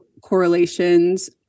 correlations